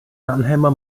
mannheimer